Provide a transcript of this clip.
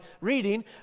reading